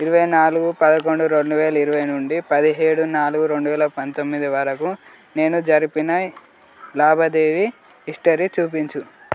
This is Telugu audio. ఇరవై నాలుగు పదకొండు రెండు వేల ఇరవై నుండి పదిహేడు నాలుగు రెండు వేల పంతొమ్మిది వరకు నేను జరిపిన లావాదేవీ హిస్టరీ చూపించు